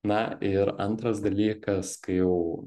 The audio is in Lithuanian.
na ir antras dalykas kai jau